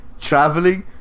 traveling